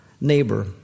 neighbor